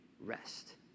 rest